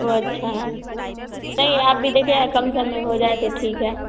अच्छा नहीं आप भी देखिएगा कम सम में हो जाए तो ठीक